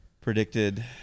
predicted